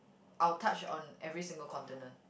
I will touch on every single continent